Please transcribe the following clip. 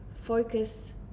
focus